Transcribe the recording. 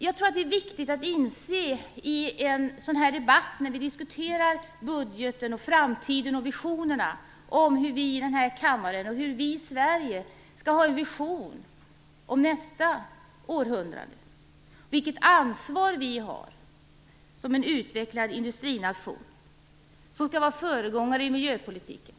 Jag tror att det är viktigt i en sådan här debatt - när vi diskuterar budgeten, framtiden och visionerna, när vi diskuterar hur vi i den här kammaren och i Sverige skall ha en vision om nästa århundrade - att inse vilket ansvar vi har som en utvecklad industrination. Vi skall vara föregångare i miljöpolitiken.